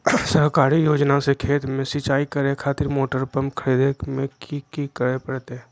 सरकारी योजना से खेत में सिंचाई करे खातिर मोटर पंप खरीदे में की करे परतय?